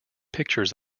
pictures